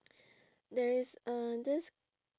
there is uh this